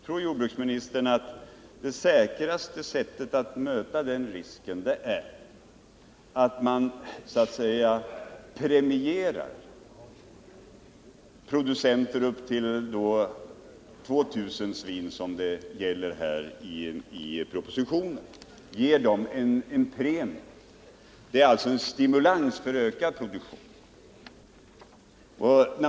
Tror jordbruksministern att det i ett sådant läge är det säkraste sättet att möta den risken, att premiera producenter av upp till 2000 svin, som det gäller i propositionen? Det innebär ju en stimulans till ökad produktion.